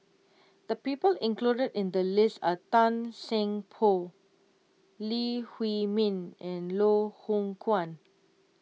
the people included in the list are Tan Seng Poh Lee Huei Min and Loh Hoong Kwan